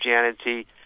Christianity